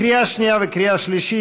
לקריאה שנייה ולקריאה שלישית.